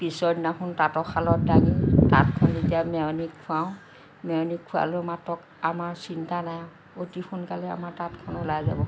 পিছৰ দিনাখন তাঁতৰ শালত ডাঙি তাঁতখন যেতিয়া মেৰণি খুৱাওঁ মেৰণি খুৱালেও মাতক আমাৰ চিন্তা নাই অতি সোনকালে আমাৰ তাঁতখন ওলাই যাব